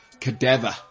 cadaver